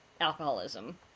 alcoholism